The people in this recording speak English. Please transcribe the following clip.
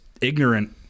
ignorant